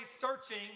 searching